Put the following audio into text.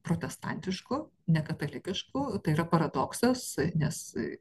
protestantišku nekatalikišku tai yra paradoksas nes